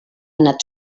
anat